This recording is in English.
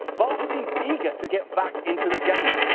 barr seemed eager to get back into the game.